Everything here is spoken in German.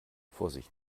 vorsicht